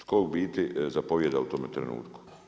Tko u biti zapovijeda u tome trenutku?